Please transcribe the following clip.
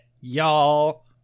y'all